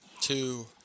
Two